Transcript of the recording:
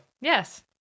Yes